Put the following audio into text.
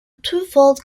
twofold